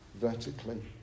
vertically